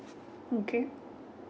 okay